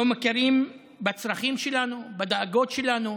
לא מכירים בצרכים שלנו, בדאגות שלנו,